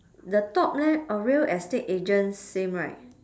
the top leh our real estate agents same right